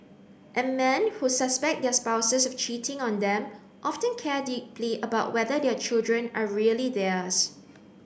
and men who suspect their spouses of cheating on them often care deeply about whether their children are really theirs